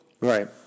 Right